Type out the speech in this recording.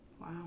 Wow